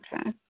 Okay